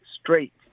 straight